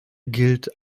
gilt